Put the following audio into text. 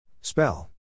Spell